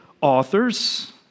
authors